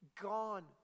gone